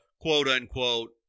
quote-unquote